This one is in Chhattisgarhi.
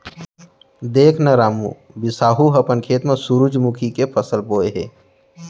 देख न रामू, बिसाहू ह अपन खेत म सुरूजमुखी के फसल बोय हे